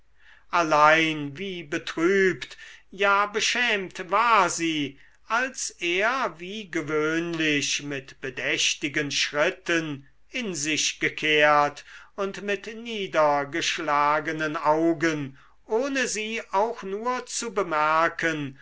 allein wie betrübt ja beschämt war sie als er wie gewöhnlich mit bedächtigen schritten in sich gekehrt und mit niedergeschlagenen augen ohne sie auch nur zu bemerken